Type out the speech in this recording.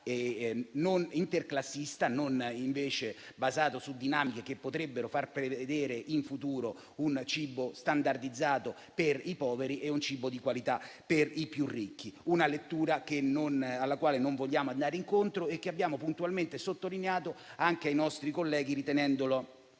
sia interclassista e non basato su dinamiche che potrebbero farne prevedere in futuro uno standardizzato per i poveri e uno di qualità per i più ricchi. È una lettura alla quale non vogliamo andare incontro e che abbiamo puntualmente sottolineato anche ai nostri colleghi, ritenendo